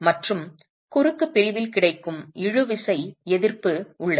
மற்றும் குறுக்கு பிரிவில் கிடைக்கும் இழுவிசை எதிர்ப்பு உள்ளது